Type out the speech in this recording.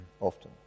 often